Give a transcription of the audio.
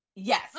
Yes